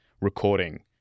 recording